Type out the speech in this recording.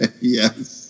Yes